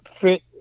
fit